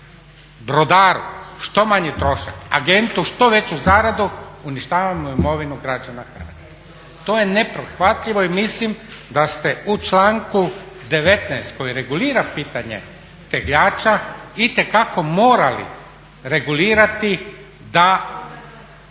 brodaru što manji trošak, agentu što veću zaradu uništavamo imovinu građana Hrvatske. To je neprihvatljivo i mislim da ste u članku 19. koji regulira pitanje tegljača itekako morali regulirati da